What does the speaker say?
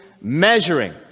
measuring